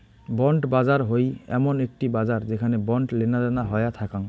bond বাজার হই এমন একটি বাজার যেখানে বন্ড লেনাদেনা হইয়া থাকাং